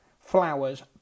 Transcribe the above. Flowers